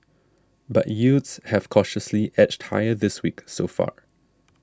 but yields have cautiously edged higher this week so far